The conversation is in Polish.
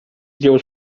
zdjął